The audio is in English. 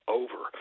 over